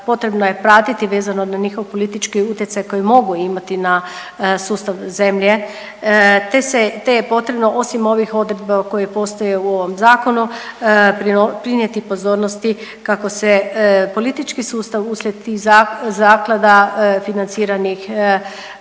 potrebno je pratiti vezano na njihov politički utjecaj koji mogu imati na sustav zemlje, te je potrebno osim ovih odredbi koje postoje u ovom zakonu prinijeti pozornosti kako se politički sustav uslijed tih zaklada financiranih